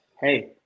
hey